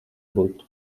būt